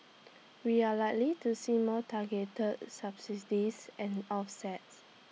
we are likely to see more targeted subsidies and offsets